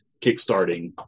kickstarting